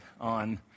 on